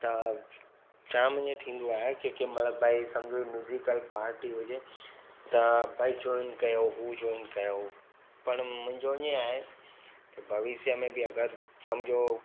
त शाम जो थींदो आहे की कंहिं महिल भई समुझो म्यूज़िकल पाटी हुजे त भई जॉइन कयो हू जॉइन कयो पर मुंहिंजो हीअं आहे की भविष्य में बि अगरि समुझो